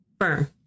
firm